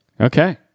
Okay